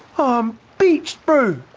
i'm beached bro!